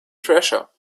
treasure